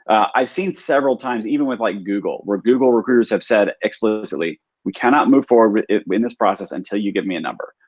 i've seen several times even with like google. where google recruiters have said explicitly, we cannot move forward in this process until you give me a number.